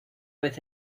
vez